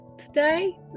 today